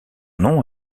nom